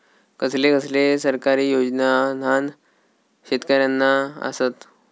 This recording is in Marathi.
कसले कसले सरकारी योजना न्हान शेतकऱ्यांना आसत?